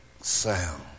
sound